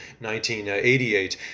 1988